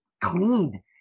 clean